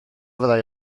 fyddai